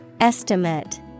Estimate